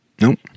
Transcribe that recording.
Nope